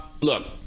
look